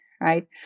right